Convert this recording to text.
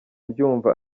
ndyumva